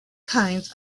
kinds